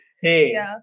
Hey